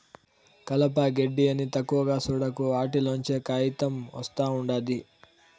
కలప, గెడ్డి అని తక్కువగా సూడకు, ఆటిల్లోంచే కాయితం ఒస్తా ఉండాది